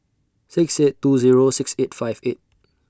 six eight two Zero six eight five eight